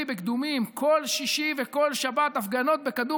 בקדומים כל שישי וכל שבת הפגנות בקדום,